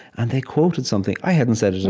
and they quoted something i hadn't said it at all